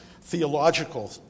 theological